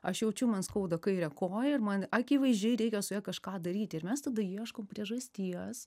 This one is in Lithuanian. aš jaučiu man skauda kairę koją ir man akivaizdžiai reikia su ja kažką daryti ir mes tada ieškom priežasties